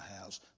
house